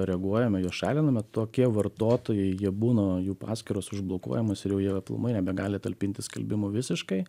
reaguojame juos šaliname tokie vartotojai jie būna jų paskyros užblokuojamos ir jau jie aplamai nebegali talpinti skelbimo visiškai